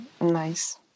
Nice